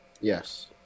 Yes